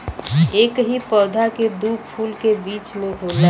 एकही पौधा के दू फूल के बीच में होला